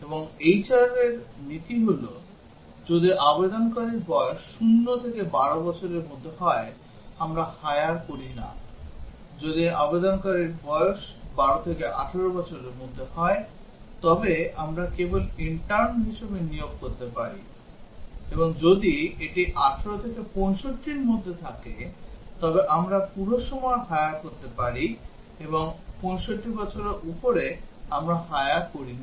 এবং HR এর নীতি হল যদি আবেদনকারীর বয়স 0 থেকে 12 বছরের মধ্যে হয় আমরা hire করি না যদি আবেদনকারীর বয়স 12 থেকে 18 বছরের মধ্যে হয় তবে আমরা কেবল ইন্টার্ন হিসাবে নিয়োগ করতে পারি এবং যদি এটি 18 থেকে 65 এর মধ্যে থাকে তবে আমরা পুরো সময় hire করতে পারি এবং 65 বছরের উপরে আমরা hire করি না